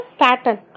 pattern